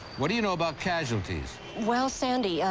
what do you know about casualties? well, sandy,